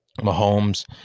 Mahomes